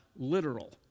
literal